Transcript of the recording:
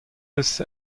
deus